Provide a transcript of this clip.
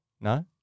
No